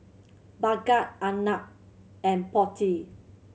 Bhagat Arnab and Potti